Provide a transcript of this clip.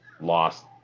lost